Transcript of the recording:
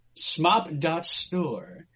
Smop.store